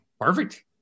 Perfect